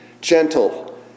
gentle